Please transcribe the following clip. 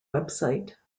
website